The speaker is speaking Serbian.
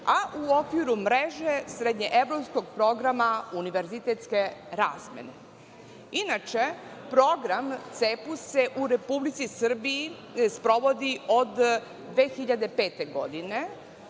a u okviru Mreže srednje-evropskog programa univerzitetske razmene. Inače, program CEEPUS se u Republici Srbiji sprovodi od 2005. godine.